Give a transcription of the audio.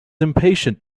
impatient